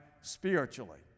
spiritually